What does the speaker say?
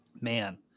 man